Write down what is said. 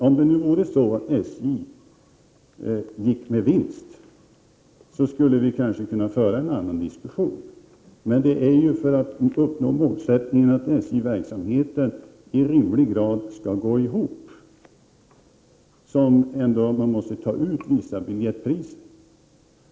Om det nu vore så att SJ gick med vinst skulle vi kanske kunna föra en annan diskussion, men det är för att uppnå målsättningen att SJ-verksamheten i rimlig grad skall gå ihop som SJ måste ta ut vissa biljettpriser.